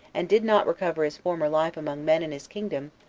and did not recover his former life among men and his kingdom,